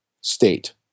state